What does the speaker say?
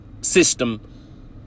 system